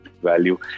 value